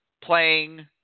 playing